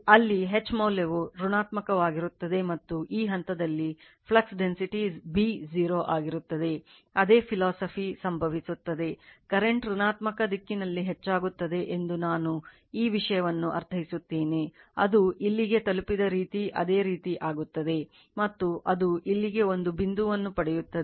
ಅದೇ ಫೀಲಾಸಫಿ ಸಂಭವಿಸುತ್ತದೆ ಕರೆಂಟ್ ಋಣಾತ್ಮಕ ದಿಕ್ಕಿನಲ್ಲಿ ಹೆಚ್ಚಾಗುತ್ತದೆ ಎಂದು ನಾನು ಈ ವಿಷಯವನ್ನು ಅರ್ಥೈಸುತ್ತೇನೆ ಅದು ಇಲ್ಲಿಗೆ ತಲುಪಿದ ರೀತಿ ಅದೇ ರೀತಿ ಆಗುತ್ತದೆ ಮತ್ತು ಅದು ಅಲ್ಲಿಗೆ ಒಂದು ಬಿಂದುವನ್ನು ಪಡೆಯುತ್ತದೆ